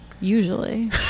usually